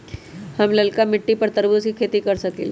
हम लालका मिट्टी पर तरबूज के खेती कर सकीले?